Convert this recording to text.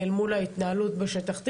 אל מול ההתנהלות בשטח.